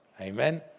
Amen